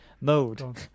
Mode